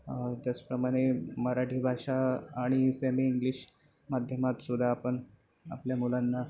त्याचप्रमाणे मराठी भाषा आणि सेमी इंग्लिश माध्यमात सुद्धा आपण आपल्या मुलांना